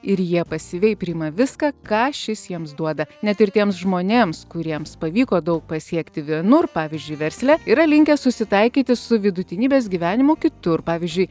ir jie pasyviai priima viską ką šis jiems duoda net ir tiems žmonėms kuriems pavyko daug pasiekti vienur pavyzdžiui versle yra linkę susitaikyti su vidutinybės gyvenimu kitur pavyzdžiui